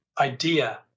idea